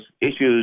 issues